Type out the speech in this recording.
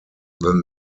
than